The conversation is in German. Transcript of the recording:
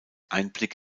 einblick